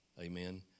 amen